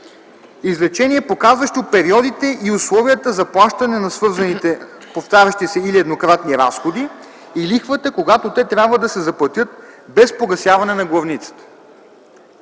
извлечение, показващо периодите и условията за плащане на свързаните повтарящи се или еднократни разходи и лихвата, когато те трябва да се заплатят без погасяване на главницата;